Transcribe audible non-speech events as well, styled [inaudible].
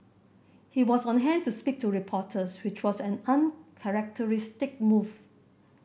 he was on hand to speak to reporters which was an [unintelligible] move